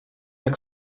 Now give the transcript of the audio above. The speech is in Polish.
jak